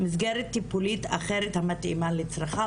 "מסגרת טיפולית אחרת המתאימה לצרכיו",